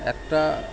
একটা